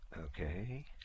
Okay